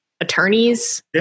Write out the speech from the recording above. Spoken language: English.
attorneys